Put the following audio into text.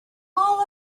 all